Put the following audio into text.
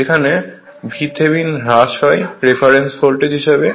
যেখানে VThevenin হ্রাস হয় রেফারেন্স ভোল্টেজ হিসাবে